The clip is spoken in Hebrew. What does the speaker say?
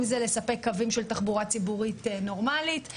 אם זה לספק קווים של תחבורה ציבורית נורמלית.